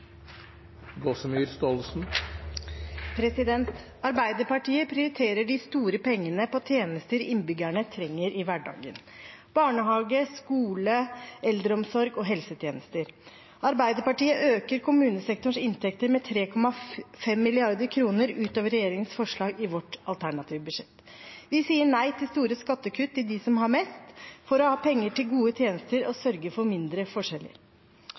helsetjenester. Arbeiderpartiet øker kommunesektorens inntekter med 3,5 mrd. kr ut over regjeringens forslag i vårt alternative budsjett. Vi sier nei til store skattekutt til dem som har mest, for å ha penger til gode tjenester og sørge for mindre forskjeller.